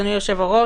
אדוני היושב-ראש,